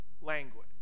language